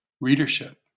readership